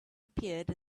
appeared